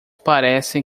parecem